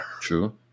True